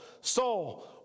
Saul